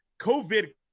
COVID